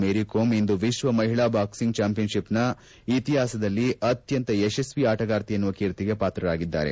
ಮೇರಿಕೋಮ್ ಇಂದು ವಿಶ್ವ ಮಹಿಳಾ ಬಾಕ್ಲಿಂಗ್ ಚಾಂಪಿಯನ್ಶಿಪ್ನ ಇತಿಪಾಸದಲ್ಲಿ ಅತ್ಯಂತ ಯಶಸ್ವಿ ಆಟಗಾರ್ತಿ ಎನ್ನುವ ಕೀರ್ತಿಗೆ ಪಾತ್ರರಾಗಿದ್ದಾರೆ